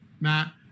Matt